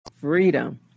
Freedom